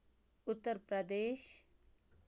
Uttar Pradesh